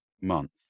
month